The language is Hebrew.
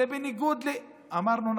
אמרנו,